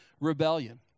rebellion